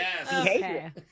behavior